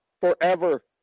forever